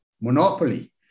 Monopoly